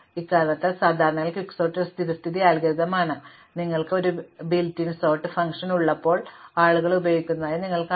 ഇക്കാരണത്താൽ സാധാരണഗതിയിൽ ക്വിക്സോർട്ട് ഒരു സ്ഥിരസ്ഥിതി അൽഗോരിതം ആണ് നിങ്ങൾക്ക് ഒരു ബിൽറ്റ് ഇൻ സോർട്ട് ഫംഗ്ഷൻ ഉള്ളപ്പോൾ ആളുകൾ ഉപയോഗിക്കുന്നതായി നിങ്ങൾ കാണുന്നു